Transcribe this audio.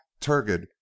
turgid